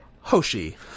Hoshi